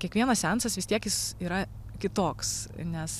kiekvienas seansas vis tiek jis yra kitoks nes